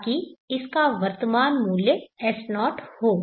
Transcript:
ताकि इसका वर्तमान मूल्य S0 हो